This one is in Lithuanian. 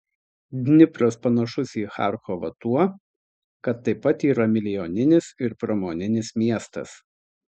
dnipras panašus į charkovą tuo kad taip pat yra milijoninis ir pramoninis miestas